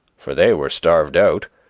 for they were starved out,